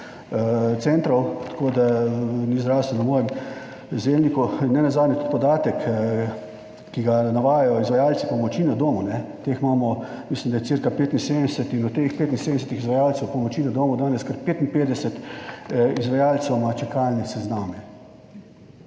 centrov. Tako da ni zraslo na mojem zelniku. In nenazadnje tudi podatek, ki ga navajajo izvajalci pomoči na domu, teh imamo, mislim, da je cirka 75. In od teh 75 izvajalcev pomoči na domu danes kar 55 izvajalcev ima čakalne sezname,